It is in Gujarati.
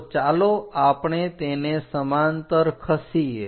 તો ચાલો આપણે તેને સમાંતર ખસીએ